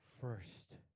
first